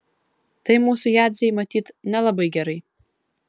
tai mūsų jadzei matyt nelabai gerai